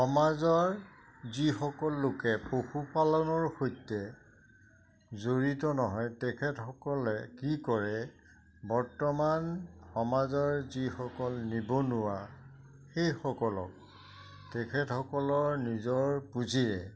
সমাজৰ যিসকল লোকে পশুপালনৰ সৈতে জড়িত নহয় তেখেতসকলে কি কৰে বৰ্তমান সমাজৰ যিসকল নিবনুৱা সেইসকলক তেখেতসকলৰ নিজৰ পুঁজিৰে